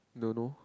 don't know